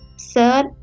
third